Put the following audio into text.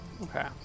Okay